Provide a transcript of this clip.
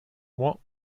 what